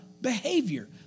behavior